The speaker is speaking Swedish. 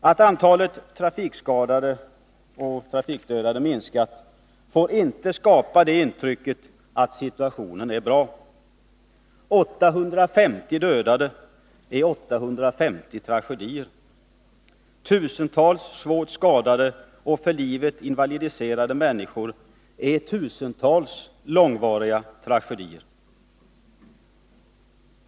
Att antalet trafikskadade och trafikdödade minskat får inte skapa det intrycket att situationen är bra. 850 dödade är 850 tragedier. Tusentals svårt skadade och för livet invalidiserade människor är tusentals långvariga tragedier.